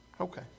Okay